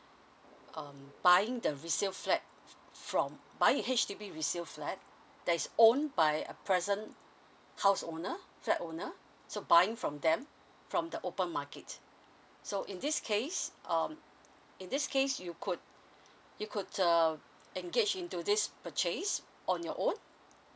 um buying the resale flat from buying H_D_B resale flat there is owned by a present house owner flat owner so buying from them from the open market so in this case um in this case you could you could err engage into this purchase on your own